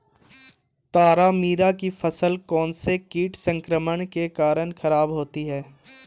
तारामीरा की फसल कौनसे कीट संक्रमण के कारण खराब होती है?